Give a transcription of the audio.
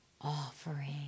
offering